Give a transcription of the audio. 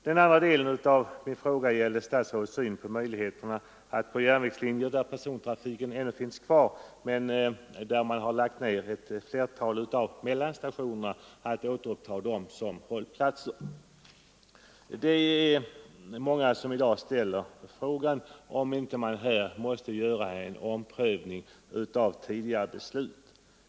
Den andra delen av min fråga gällde statsrådets syn på möjligheterna att nedlagda stationer vid järnvägslinjer, där persontrafiken finns kvar, återupptas som hållplatser. Många ställer i dag frågan om man inte här måste göra en omprövning av tidigare beslut.